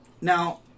Now